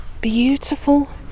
beautiful